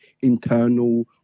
internal